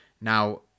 now